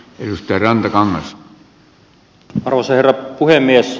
arvoisa herra puhemies